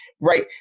right